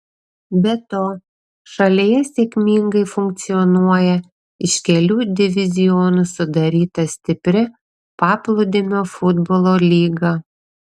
be to šalyje sėkmingai funkcionuoja iš kelių divizionų sudaryta stipri paplūdimio futbolo lyga